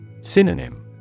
Synonym